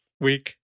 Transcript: week